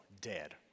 dead